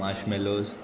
marshmallows